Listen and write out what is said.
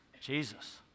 Jesus